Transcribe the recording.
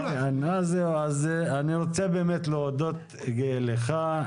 אני רוצה להודות לך.